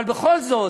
אבל בכל זאת,